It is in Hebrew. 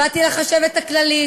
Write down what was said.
באתי לחשבת הכללית,